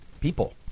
people